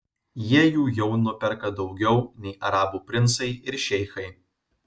jie jų jau nuperka daugiau nei arabų princai ir šeichai